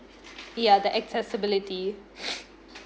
ya the accessibility